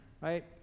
right